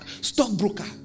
stockbroker